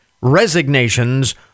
resignations